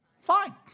fine